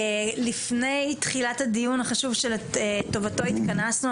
לפני תחילת הדיון החשוב שלטובתו התכנסנו,